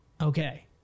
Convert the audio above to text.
Okay